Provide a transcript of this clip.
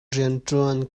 rianṭuan